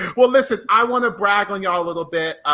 well, listen, i wanna brag on y'all a little bit.